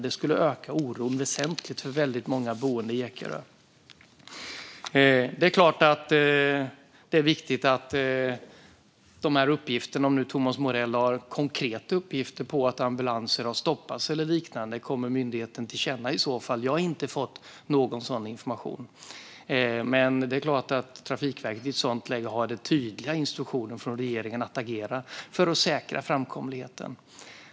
Det skulle öka oron väsentligt för väldigt många boende i Ekerö. Det är klart att det är viktigt att de här uppgifterna - om nu Thomas Morell har konkreta uppgifter på att ambulanser har stoppats eller liknande - kommer myndigheten till känna. Jag har inte fått någon sådan information, men det är klart att Trafikverket i ett sådant läge har tydliga instruktioner från regeringen att agera för att säkra framkomligheten.